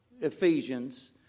Ephesians